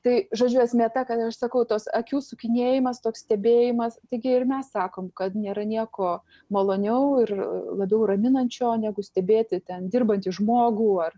tai žodžiu esmė ta kad aš sakau tos akių sukinėjimas toks stebėjimas tai gi ir mes sakom kad nėra nieko maloniau ir labiau raminančio negu stebėti ten dirbantį žmogų ar